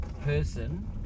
person